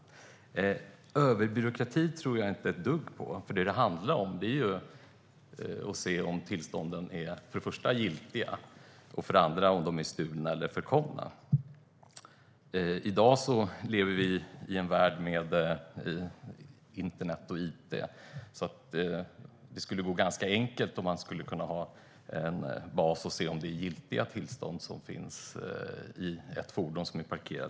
Jag tror inte ett dugg på överbyråkrati. Vad det handlar om är att se om tillstånden för det första är giltiga och för det andra om de är stulna eller förkomna. I dag lever vi i en värld med internet och it. Det skulle vara ganska enkelt om man skulle kunna ha en bas för att se om det är ett giltigt tillstånd som finns i ett fordon som är parkerat.